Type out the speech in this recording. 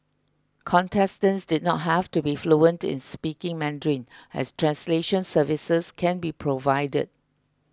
contestants did not have to be fluent in speaking Mandarin as translation services can be provided